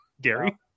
Gary